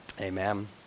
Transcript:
Amen